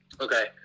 Okay